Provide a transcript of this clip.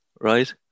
right